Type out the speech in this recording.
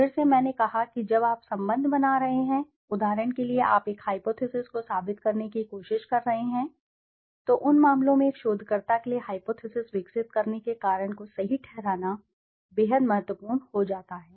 फिर से मैंने कहा है कि जब आप संबंध बना रहे हैं उदाहरण के लिए आप एक हाइपोथिसिस को साबित करने की कोशिश कर रहे हैं तो उन मामलों में एक शोधकर्ता के लिए हाइपोथिसिस विकसित करने के कारण को सही ठहराना बेहद महत्वपूर्ण हो जाता है